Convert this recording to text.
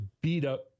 beat-up